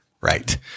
right